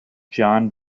john